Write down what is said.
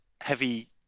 heavy